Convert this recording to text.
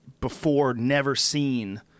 before-never-seen